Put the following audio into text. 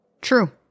true